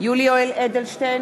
יולי יואל אדלשטיין,